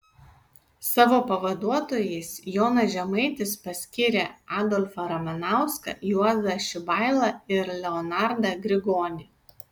savo pavaduotojais jonas žemaitis paskyrė adolfą ramanauską juozą šibailą ir leonardą grigonį